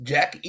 Jack